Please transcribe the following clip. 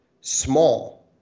small